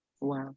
wow